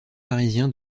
parisien